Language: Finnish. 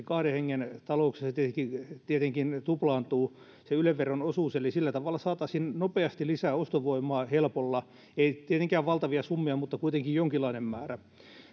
kahden hengen talouksissa tietenkin tietenkin tuplaantuu se yle veron osuus eli sillä tavalla saataisiin nopeasti lisää ostovoimaa helpolla ei tietenkään valtavia summia mutta kuitenkin jonkinlainen määrä